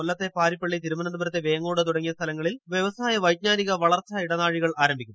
കൊല്ലത്തെ പാരിപ്പള്ളി തിരുവനന്തപുരത്തെ വെങ്ങോട് തുടങ്ങിയ സ്ഥല ങ്ങളിൽ വ്യവസായ വൈജ്ഞാനിക ി വളർച്ചാ ഇടനാഴികൾ ആരംഭിക്കും